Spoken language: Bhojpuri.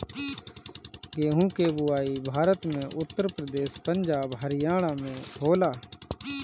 गेंहू के बोआई भारत में उत्तर प्रदेश, पंजाब, हरियाणा में होला